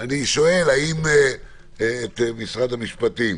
את משרד המשפטים